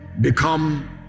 become